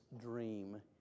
dream